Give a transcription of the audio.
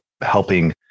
helping